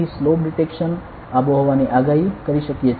તેથી slope detection આબોહવાની આગાહી કરી શકીએ છીએ